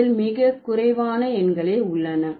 இதில் மிக குறைவான எண்களே உள்ளன